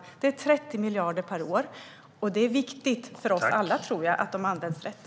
Det rör sig om 30 miljarder per år, och det är viktigt för oss alla, tror jag, att pengarna används rätt.